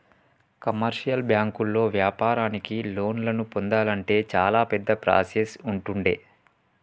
commercial బ్యాంకుల్లో వ్యాపారానికి లోన్లను పొందాలంటే చాలా పెద్ద ప్రాసెస్ ఉంటుండే